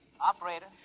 Operator